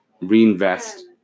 reinvest